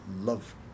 love